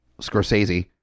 Scorsese